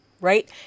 right